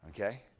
Okay